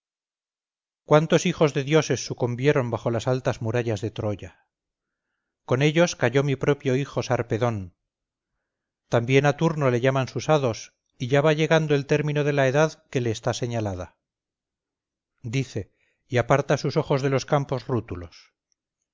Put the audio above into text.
cuántos hijos de dioses sucumbieron bajo las altas murallas de troya con ellos cayó mi propio hijo sarpedón también a turno le llaman sus hados y ya va llegando el término de la edad que le está señalada dice y aparta sus ojos de los campos rútulos